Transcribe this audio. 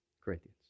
Corinthians